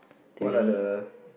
what are the